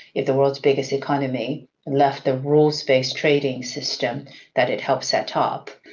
if the world's biggest economy left the rules-based trading system that it helped set ah up,